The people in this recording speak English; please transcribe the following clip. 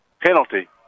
penalty